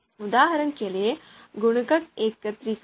उदाहरण के लिए गुणक एकत्रीकरण